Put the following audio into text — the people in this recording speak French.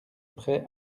près